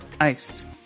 iced